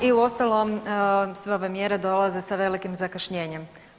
I uostalom sve ove mjere dolaze sa velikim zakašnjenjem.